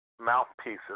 mouthpieces